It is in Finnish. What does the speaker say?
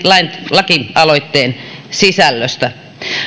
lakialoitteen sisällöstä